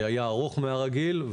היה ארוך מהרגיל.